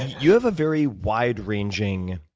you have a very wide ranging